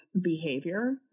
behavior